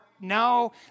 No